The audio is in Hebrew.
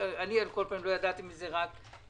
אני על כל פנים לא ידעתי על זה אלא רק עכשיו.